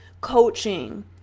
coaching